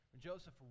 Joseph